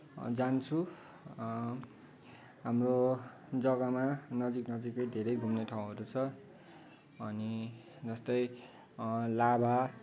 जान्छुँ हाम्रो जग्गामा नजिक नजिकै धेरै घुम्ने ठाउँहरू छ अनि जस्तै लाभा